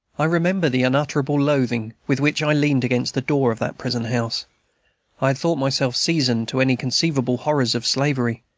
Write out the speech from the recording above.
i remember the unutterable loathing with which i leaned against the door of that prison-house i had thought myself seasoned to any conceivable horrors of slavery,